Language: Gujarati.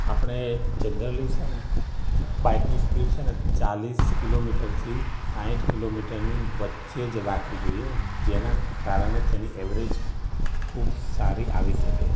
આપણે જનરલી છે ને બાઇકની સ્પીડ છે ને ચાળીસ કિલોમીટરથી સાઠ કિલોમીટર ની વચ્ચે જ રાખવી જોઈએ જેના કારણે તેની ઍવરેજ ખૂબ સારી આવી શકે